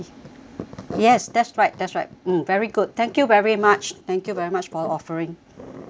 yes that's right that's right mm very good thank you very much thank you very much for offering mm